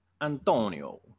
Antonio